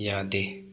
ꯌꯥꯗꯦ